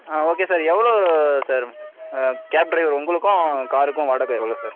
ஆ okay sir எவ்வளோ sir cab driver உங்களுக்கும் காருக்கும் வாடகை எவ்வளோ சார்